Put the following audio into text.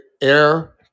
air